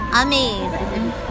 Amazing